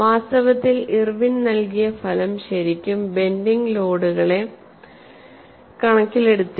വാസ്തവത്തിൽ ഇർവിൻ നൽകിയ ഫലം ശരിക്കും ബെൻഡിങ് ലോഡുകളെ കണക്കിലെടുത്തില്ല